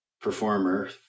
performer